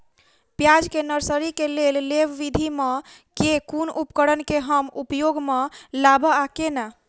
प्याज केँ नर्सरी केँ लेल लेव विधि म केँ कुन उपकरण केँ हम उपयोग म लाब आ केना?